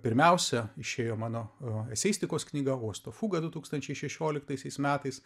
pirmiausia išėjo mano eseistikos knygą uosto fuga du tūkstančiai šešioliktaisiais metais